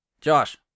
Josh